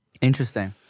Interesting